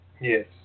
Yes